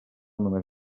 només